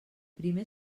primer